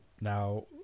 Now